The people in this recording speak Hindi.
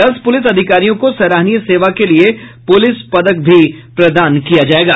दस पुलिस अधिकारियों को सराहनीय सेवा के लिए पुलिस पदक भी प्रदान किया जायेगा